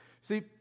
See